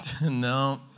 No